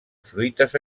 fruites